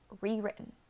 rewritten